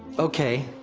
okay,